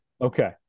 Okay